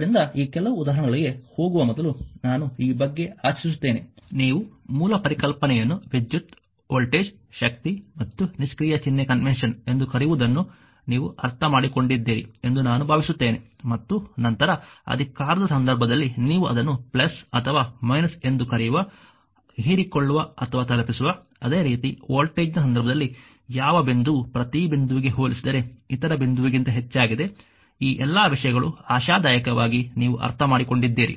ಆದ್ದರಿಂದ ಈ ಕೆಲವು ಉದಾಹರಣೆಗಳಿಗೆ ಹೋಗುವ ಮೊದಲು ನಾನು ಈ ಬಗ್ಗೆ ಆಶಿಸುತ್ತೇನೆ ನೀವು ಮೂಲ ಪರಿಕಲ್ಪನೆಯನ್ನು ವಿದ್ಯುತ್ ವೋಲ್ಟೇಜ್ ಶಕ್ತಿ ಮತ್ತು ನಿಷ್ಕ್ರಿಯ ಚಿಹ್ನೆ ಕನ್ವೆನ್ಷನ್ ಎಂದು ಕರೆಯುವದನ್ನು ನೀವು ಅರ್ಥಮಾಡಿಕೊಂಡಿದ್ದೀರಿ ಎಂದು ನಾನು ಭಾವಿಸುತ್ತೇನೆ ಮತ್ತು ನಂತರ ಅಧಿಕಾರದ ಸಂದರ್ಭದಲ್ಲಿ ನೀವು ಅದನ್ನು ಅಥವಾ ಎಂದು ಕರೆಯುವ ಹೀರಿಕೊಳ್ಳುವ ಅಥವಾ ತಲುಪಿಸುವ ಅದೇ ರೀತಿ ವೋಲ್ಟೇಜ್ನ ಸಂದರ್ಭದಲ್ಲಿ ಯಾವ ಬಿಂದುವು ಪ್ರತಿ ಬಿಂದುವಿಗೆ ಹೋಲಿಸಿದರೆ ಇತರ ಬಿಂದುವಿಗಿಂತ ಹೆಚ್ಚಾಗಿದೆ ಈ ಎಲ್ಲ ವಿಷಯಗಳು ಆಶಾದಾಯಕವಾಗಿ ನೀವು ಅರ್ಥಮಾಡಿಕೊಂಡಿದ್ದೀರಿ